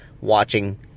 watching